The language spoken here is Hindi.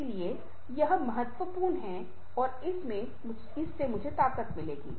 इसलिए यह बहुत महत्वपूर्ण है और इससे मुझे ताकत मिलेगी